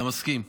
אתה מסכים?